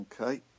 Okay